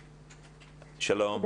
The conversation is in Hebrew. שלום.